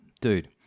Dude